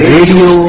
Radio